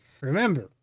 Remember